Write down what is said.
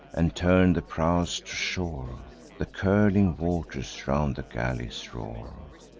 and turn the prows to shore the curling waters round the galleys roar.